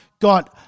got